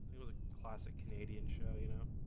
it was a classic canadian show, you know